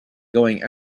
going